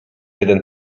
jeden